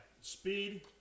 Speed